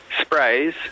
sprays